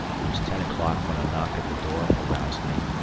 it was ten o'clock when a knock at the door aroused me,